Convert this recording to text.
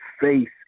faith